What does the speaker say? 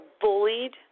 bullied